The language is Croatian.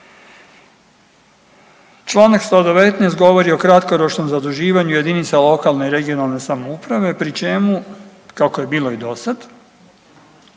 Čl. 119 govori o kratkoročnom zaduživanju jedinica lokalne i regionalne samouprave, pri čemu kako je bilo i dosad,